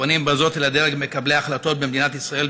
פונים בזאת לדרג מקבלי ההחלטות במדינת ישראל,